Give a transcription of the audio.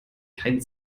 kein